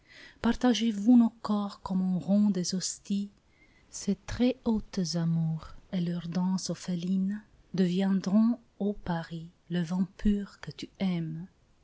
partagez-vous nos corps comme on rompt des hosties ces très hautes amours et leur danse orpheline deviendront ô paris le vin pur que tu aimes